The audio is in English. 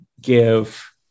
give